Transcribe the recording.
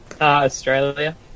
Australia